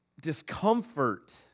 discomfort